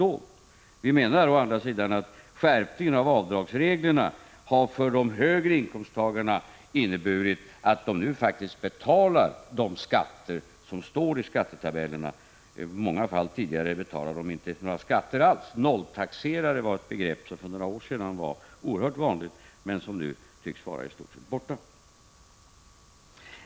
Å andra sidan menar vi att skärpningen av avdragsreglerna för de högre inkomsttagarna har inneburit att dessa nu faktiskt betalar skatt enligt skattetabellerna. Tidigare betalade de i många fall inte någon skatt alls. Begreppet nolltaxerare var för några år sedan oerhört vanligt. Men nu tycks det i stort sett ha försvunnit.